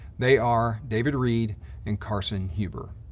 they are david reed and carson huber.